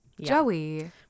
Joey